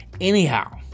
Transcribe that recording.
anyhow